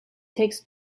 takes